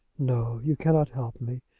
no you cannot help me.